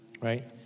Right